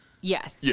Yes